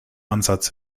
ansatz